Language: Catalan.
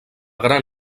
gran